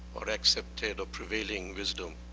or accepted prevailing wisdom,